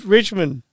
Richmond